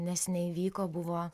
neseniai įvyko buvo